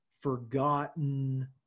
forgotten